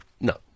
No